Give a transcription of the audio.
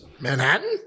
Manhattan